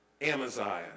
Amaziah